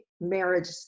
marriage